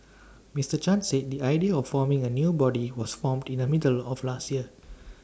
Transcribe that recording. Mister chan said the idea of forming A new body was formed in the middle of last year